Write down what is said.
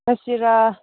ꯉꯁꯤꯔꯥ